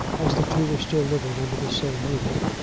as the two were still living under the same roof.